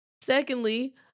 Secondly